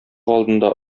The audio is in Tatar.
алдында